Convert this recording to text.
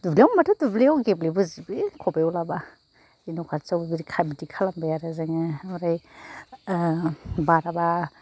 दुब्लियाव मोनबाथ' दुब्लियाव गेब्लेबोजोबो खबाइआव लाबा बे न' खाथियावबा बिदि खालामबाय आरो जोङो ओमफ्राय ओह बाराबा